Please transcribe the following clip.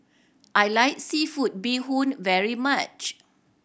I like seafood bee hoon very much